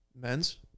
Men's